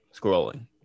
scrolling